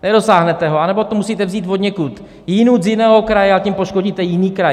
Nedosáhnete ho, anebo to musíte vzít odněkud jinud, z jiného kraje, a tím poškodíte jiný kraj.